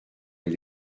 les